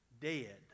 dead